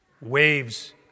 waves